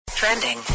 Trending